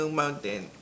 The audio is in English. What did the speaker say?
mountain